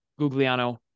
Gugliano